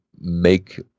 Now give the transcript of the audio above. make